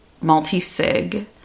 multi-sig